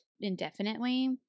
indefinitely